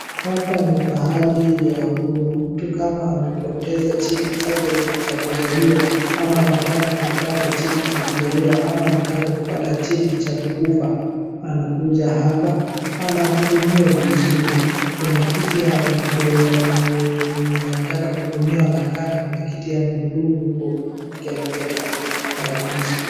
Hapa ni pahali ya huduma. Mtu kama amepoteza cheti chake cha kuzaliwa, ama anataka kupata cheti cha kuzaliwa, ama anataka kupata cheti cha kukufa, anakuja hapa, anahudumiwa vizuri. Kuna kiti ya mwenye anataka kuhudumiwa anakaa, na kuna kiti ya mhudumu huku akiangalia tarakilisi.